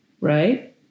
right